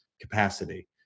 capacity